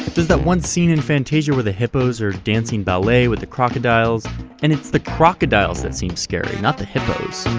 there's that one scene in fantasia where the hippos are dancing ballet with the crocodiles and it's the crocodiles that seem scary, not the hippos.